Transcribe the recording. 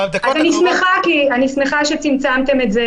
אז אני שמחה שצמצמתם את זה,